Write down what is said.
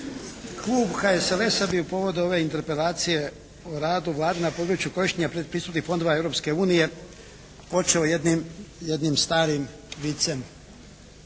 klub HSLS-a bi u povodu ove Interpelacije o radu Vlade na području korištenja predpristupnih fondova Europske unije počeo jednim starim vicem